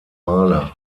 maler